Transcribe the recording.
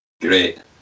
Great